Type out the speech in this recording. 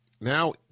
now